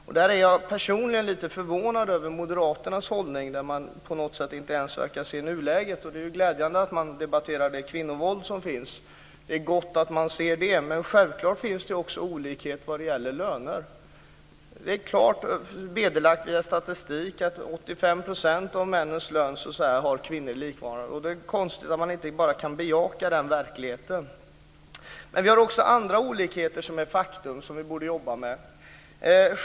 Jag är personligen lite förvånad över moderaternas hållning. De verkar inte ens se nuläget. Det är glädjande att man debatterar det kvinnovåld som finns. Det är gott att man ser det, men självklart finns det också olikheter vad gäller löner. Det är klart belagt i statistik att kvinnor har 85 % av männens lön för likvärdiga arbeten. Det är konstigt att man inte kan bejaka den verkligheten. Men det finns också andra faktiska olikheter som vi borde jobba med.